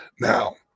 Now